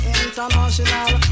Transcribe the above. international